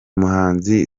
muhanzi